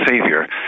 Savior